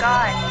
God